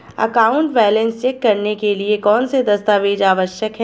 Account balance check करने के लिए कौनसे दस्तावेज़ आवश्यक हैं?